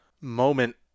moment